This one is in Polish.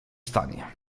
stanie